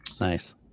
Nice